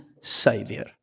Savior